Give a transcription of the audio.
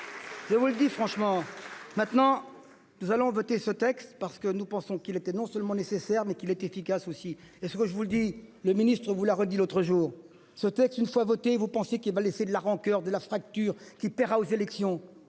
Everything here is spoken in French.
Je vous le dis franchement, maintenant. Nous allons voter ce texte parce que nous pensons qu'il était non seulement nécessaire mais qu'il est efficace aussi et ce que je vous le dis. Le ministre vous l'a redit l'autre jour ce texte une fois votée, vous pensez qu'il va laisser de la rancoeur de la fracture qui paiera aux élections.